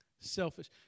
Selfish